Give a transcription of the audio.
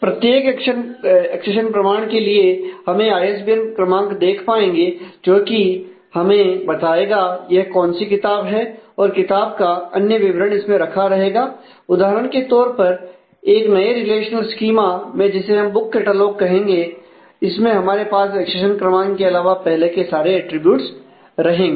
प्रत्येक एक्शन प्रमाण के लिए हम आईएसबीएन क्रमांक देख पाएंगे जो कि हमें बताएगा यह कौन सी किताब है और किताब का अन्य विवरण इसमें रखा रहेगा उदाहरण के तौर पर एक नए रिलेशनल स्कीमा में जिसे हम बुक कैटलॉग कहेंगे इसमें हमारे पास एक्सेशन क्रमांक के अलावा पहले के सारे अटरीब्यूट्स रहेंगे